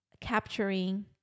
capturing